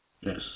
Yes